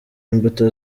imbuto